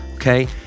Okay